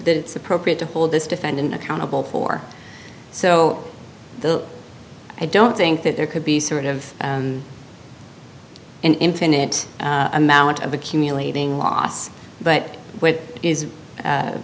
it's appropriate to pull this defendant accountable for so i don't think that there could be sort of an infinite amount of accumulating loss but what is